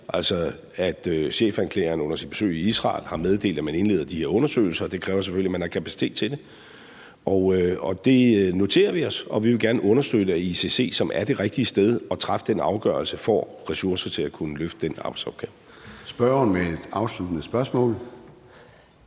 altså at chefanklageren under sit besøg i Israel har meddelt, at man indleder de her undersøgelser, og det kræver selvfølgelig, at man har kapacitet til det. Det noterer vi os, og vi vil gerne understøtte, at ICC, som er det rigtige sted at træffe den afgørelse, får ressourcer til at kunne løfte den arbejdsopgave.